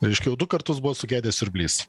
reiškia jau du kartus buvo sugedęs siurblys